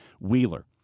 Wheeler